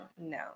no